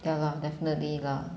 ya lah definitely lah